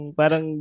parang